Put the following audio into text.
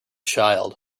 child